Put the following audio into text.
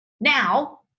now